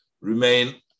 remain